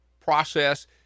process